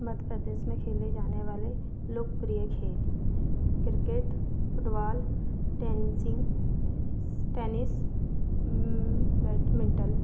मध्य प्रदेश में खेले जाने वाले लोकप्रिय खेल किर्केट फ़ुटवाॅल टेनसिंग टेनिस बैटमिन्टल